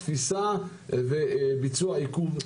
תפיסה וביצוע עיכוב.